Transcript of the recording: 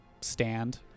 stand